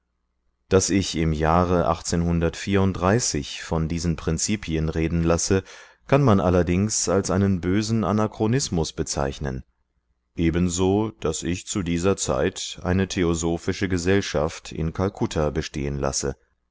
daß ich im jahre von diesen prinzipien reden lasse kann man allerdings als einen bösen anachronismus bezeichnen ebenso daß ich zu dieser zeit eine theosophische gesellschaft in kalkutta bestehen lasse